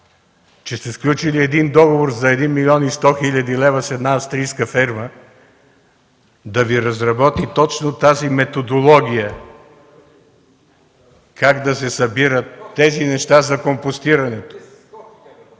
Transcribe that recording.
че сте сключили договор за 1 млн. 100 хил. лв. с една австрийска фирма да Ви разработи точно тази методология – как да се събират тези неща за компостирането?